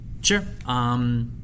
Sure